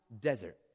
desert